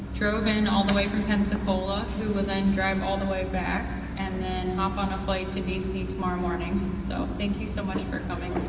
drove in all the way from pensacola, who will then drive all the way back, and then hop on a flight to d c. tomorrow morning, so thank you so much for coming